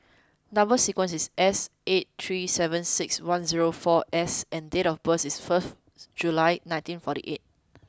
number sequence is S eight three seven six one zero four S and date of birth is first July nineteen forty eight